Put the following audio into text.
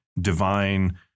divine